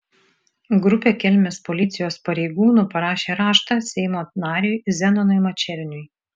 grupė kelmės policijos pareigūnų parašė raštą seimo nariui zenonui mačerniui